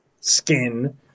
skin